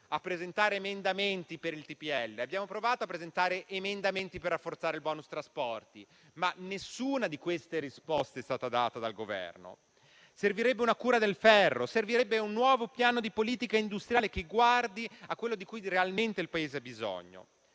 Abbiamo provato a presentare emendamenti sul trasporto pubblico locale e per rafforzare il *bonus* trasporti, ma nessuna risposta è stata data dal Governo. Servirebbe una cura del ferro e un nuovo piano di politica industriale che guardi a quello di cui realmente il Paese ha bisogno.